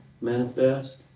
manifest